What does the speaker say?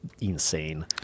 insane